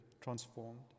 transformed